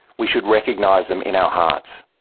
we should recognise them in our hearts.